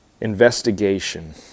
investigation